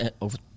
Over